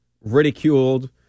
ridiculed